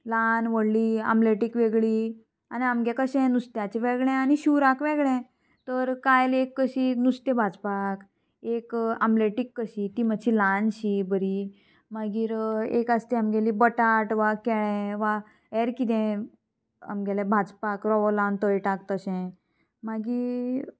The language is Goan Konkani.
ल्हान व्हडली आमलेटीक वेगळी आनी आमगे कशें नुस्त्याचें वेगळें आनी शिवराक वेगळें तर कायल एक कशी नुस्तें भाजपाक एक आमलेटीक कशी ती मात्शी ल्हानशी बरी मागीर एक आसता ती आमगेली बटाट वा केळें वा हेर किदें आमगेलें भाजपाक रवो लावन तळटाक तशें मागीर